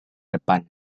depan